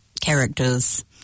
characters